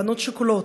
בנות שכולות,